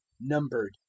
numbered